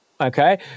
okay